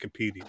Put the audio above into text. Wikipedia